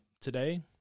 today